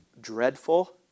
dreadful